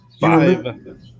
five